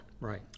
Right